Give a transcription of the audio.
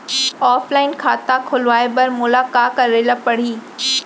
Offline खाता खोलवाय बर मोला का करे ल परही?